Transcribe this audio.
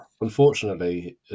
unfortunately